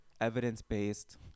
evidence-based